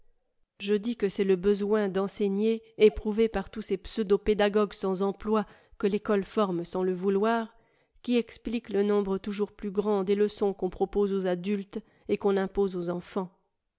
je dis que c'est le besoin d'en scigner éprouvé par tous ces pseudo pédagogues sans emploi que l'ecole forme sans le vouloir qui explique le nombre toujours plus grand des leçons qu'on propose aux adultes et qu'on impose aux enfants